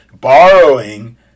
borrowing